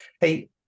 Hey